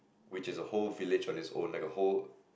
which is a whole village on it's on like a whole